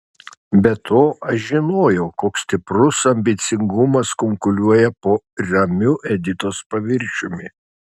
be to aš žinojau koks stiprus ambicingumas kunkuliuoja po ramiu editos paviršiumi